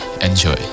Enjoy